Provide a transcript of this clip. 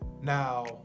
Now